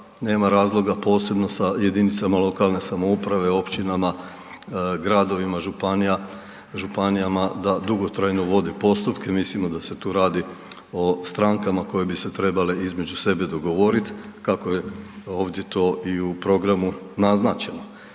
nema razloga posebno sa jedinicama lokalne samouprave, općinama, gradovima, županijama da dugotrajno vode postupke. Mislimo da se tu radi o strankama koje bi se trebale između sebe dogovorit kako je ovdje to i u programu naznačeno.